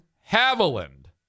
Haviland